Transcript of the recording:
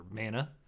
MANA